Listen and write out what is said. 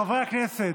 חברי הכנסת,